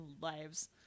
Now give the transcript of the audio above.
lives